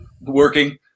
Working